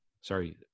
sorry